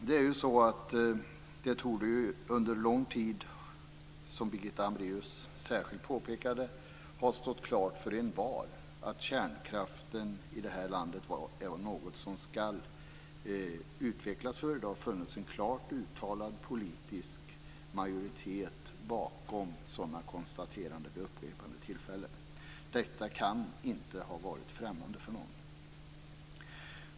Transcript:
Det torde ju under lång tid, som Birgitta Hambraeus särskilt påpekade, ha stått klart för envar att kärnkraften i det här landet är något som skall avvecklas, för det har vid upprepade tillfällen funnits en klar politisk majoritet bakom sådana konstateranden. Detta kan inte ha varit främmande för någon.